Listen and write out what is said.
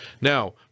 Now